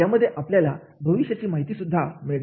यामध्ये आपल्याला भविष्याची माहिती सुद्धा मिळते